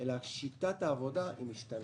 אלא שיטת העבודה משתנה.